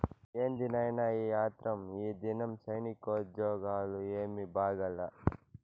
ఏంది నాయినా ఈ ఆత్రం, ఈదినం సైనికోజ్జోగాలు ఏమీ బాగాలా